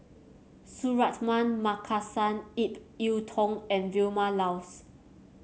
Suratman Markasan Ip Yiu Tung and Vilma Laus